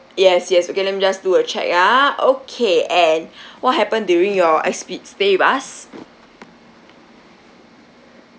yes yes okay let me just do a check ah okay and what happened during your expe~ stay with us